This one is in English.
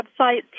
websites